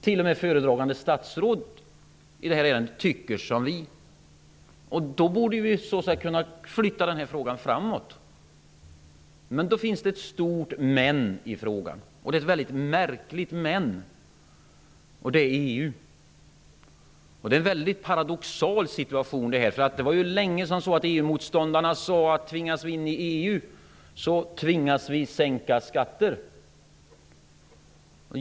T.o.m. föredragande statsrådet i detta ärende tycker som vi. Därför borde vi så att säga kunna flytta frågan framåt. Men då finns det ett stort ''men'' i frågan. Det är ett väldigt märkligt ''men'', nämligen EU. Denna situation är paradoxal, eftersom EU-motståndarna länge sade att vi, om vi tvingas in i EU, tvingas sänka skatter.